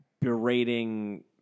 berating